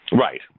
Right